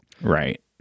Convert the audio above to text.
Right